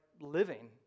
living